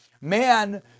man